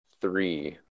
three